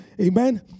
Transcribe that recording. Amen